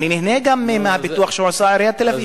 אני נהנה גם מהפיתוח שעושה עיריית תל-אביב.